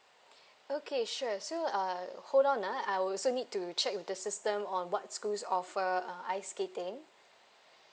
okay sure so uh hold on ah I also need to check with the system on what schools offer uh ice skating